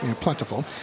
plentiful